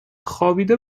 خوابیده